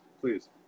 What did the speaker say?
please